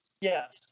yes